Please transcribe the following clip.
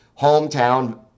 hometown